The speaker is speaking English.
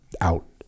out